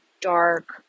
dark